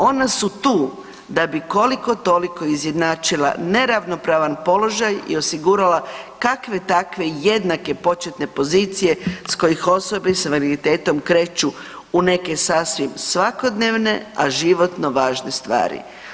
Ona su tu da bi koliko toliko izjednačila neravnopravan položaj i osigurala kakve takve jednake početne pozicije s kojih osobe s invaliditetom kreću u neke sasvim svakodnevne, a životno važne stvari.